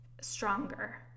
stronger